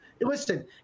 Listen